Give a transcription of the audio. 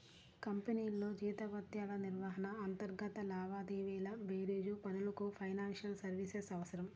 కంపెనీల్లో జీతభత్యాల నిర్వహణ, అంతర్గత లావాదేవీల బేరీజు పనులకు ఫైనాన్షియల్ సర్వీసెస్ అవసరం